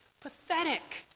pathetic